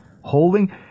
Holding